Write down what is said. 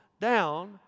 down